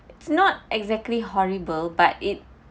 it's not exactly horrible but it